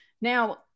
Now